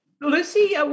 Lucy